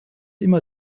immer